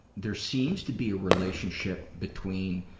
there seems to be a relationship between